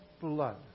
blood